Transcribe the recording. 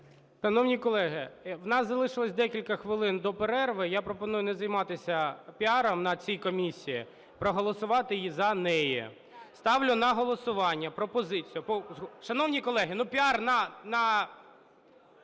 Шановні колеги, у нас залишилося декілька хвилин до перерви, я пропоную не займатися піаром на цій комісії, проголосувати за неї. Ставлю на голосування пропозицію… Шановні колеги, ну піар…